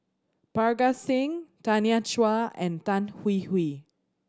Parga Singh Tanya Chua and Tan Hwee Hwee